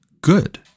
good